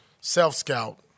self-scout